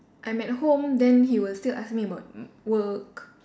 I'm at home then he will still ask me about mm work